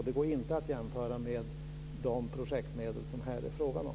Det går inte att jämföra med de projektmedel som det här är fråga om.